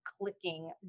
clicking